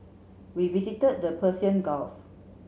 we visited the Persian Gulf